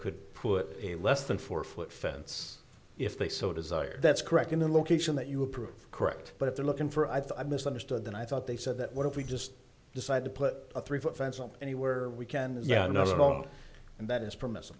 could put a less than four foot fence if they so desire that's correct in the location that you approve correct but if they're looking for i thought i misunderstood then i thought they said that what if we just decide to put a three foot fence up anywhere we can that yeah not a lot and that is permi